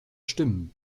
stimmen